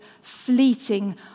fleeting